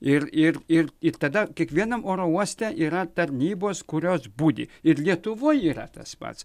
ir ir ir ir tada kiekvienam oro uoste yra tarnybos kurios budi ir lietuvoj yra tas pats